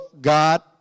God